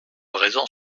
raison